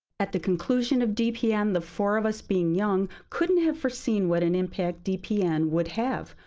at the conclusion of dpn, the four of us being young couldn't have foreseen what an impact dpn would have.